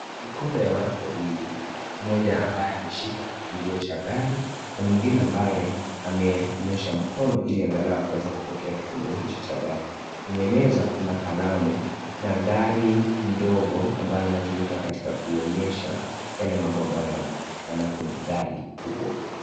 Mikono ya watu wawili. Mmoja ambaye ameshika kifunguo cha gari. Mwingine ambaye amenyosha mkono ili angalau aweze kupokea kifunguo hicho cha gari. Kwenye meza kuna kalamu na gari ndogo ambayo inatumika katika kuonyesha yale mambo ambayo yanapatikana kwenye gari kubwa.